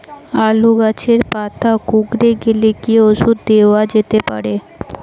আলু গাছের পাতা কুকরে গেছে কি ঔষধ দেওয়া যেতে পারে?